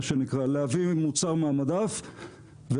להביא מוצר מהמדף,